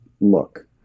look